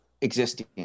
existing